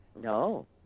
No